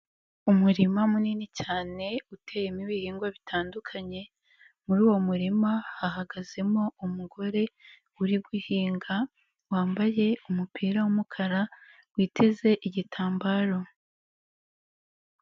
Umurima munini cyane uteyemo ibihingwa bitandukanye, muri uwo murima hahagazemo umugore uri guhinga, wambaye umupira w'umukara witeze igitambaro.